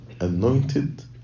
anointed